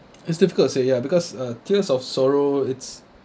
it's difficult to say ya because uh tears of sorrow it's